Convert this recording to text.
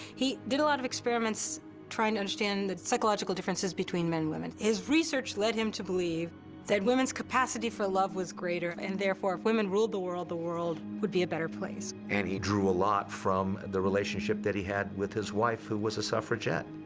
he did a lot of experiments trying to understand the psychological differences between men and women. his research led him to believe that women's capacity for love was greater, and therefore, if women ruled the world, the world would be a better place. and he drew a lot from the relationship that he had with his wife, who was a suffragette.